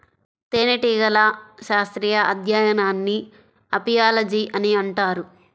తేనెటీగల శాస్త్రీయ అధ్యయనాన్ని అపియాలజీ అని అంటారు